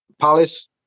Palace